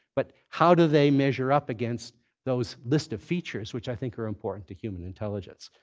but how do they measure up against those list of features which i think are important to human intelligence?